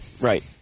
Right